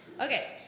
Okay